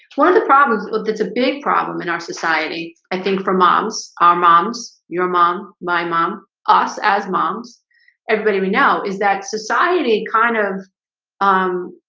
one of the problems with it's a big problem in our society i think for moms our moms your mom my mom us as moms everybody we know is that society kind of um,